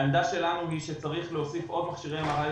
העמדה שלנו היא שצריך להוסיף עוד מכשירי MRI בישראל,